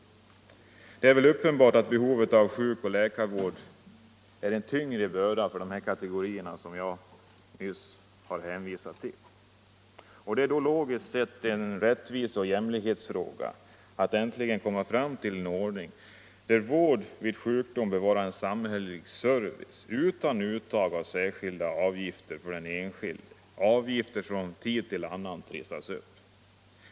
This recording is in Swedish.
Det är uppenbart att behovet av sjuk och läkarvård är en tyngre börda för de kategorier som jag nyss nämnt. Det är då logiskt sett en rättvise och jämlikhetsfråga att äntligen komma fram till en ordning där vård vid sjukdom utgör en samhällelig service utan uttag av särskilda avgifter för den enskilde — avgifter som från tid till annan trissas upp.